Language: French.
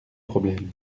problèmes